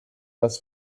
das